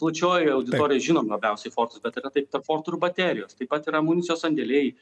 plačioji auditorija žinom labiausiai fortus bet yra taip tarp fortų ir baterijos taip pat ir amunicijos sandėliai